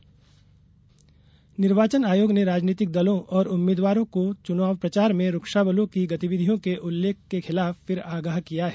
निर्वाचन आयोग निर्वाचन आयोग ने राजनीतिक दलों और उम्मीदवारों को चुनाव प्रचार में रक्षा बलों की गतिविधियों के उल्लेख के खिलाफ फिर आगाह किया है